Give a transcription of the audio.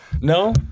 no